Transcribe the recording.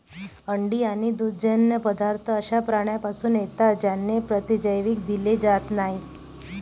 अंडी आणि दुग्धजन्य पदार्थ अशा प्राण्यांपासून येतात ज्यांना प्रतिजैविक दिले जात नाहीत